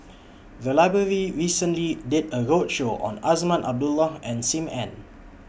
The Library recently did A roadshow on Azman Abdullah and SIM Ann